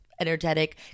energetic